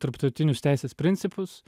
tarptautinius teisės principus